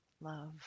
love